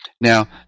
Now